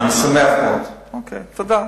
אני שמח מאוד, תודה.